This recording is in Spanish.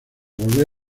volvió